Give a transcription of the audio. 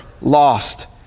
lost